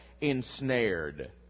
ensnared